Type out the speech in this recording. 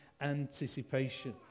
anticipation